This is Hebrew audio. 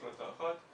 זו החלטה אחת,